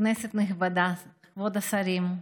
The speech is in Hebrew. כנסת נכבדה, כבוד השרים,